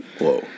Whoa